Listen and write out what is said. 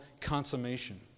consummation